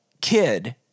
kid